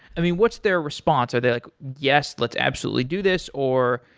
i mean, what's their response? are they like, yes, let's absolutely do this? or,